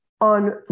on